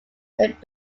that